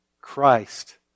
Christ